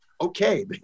okay